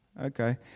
okay